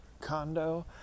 condo